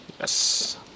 Yes